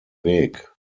weg